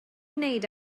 wneud